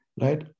right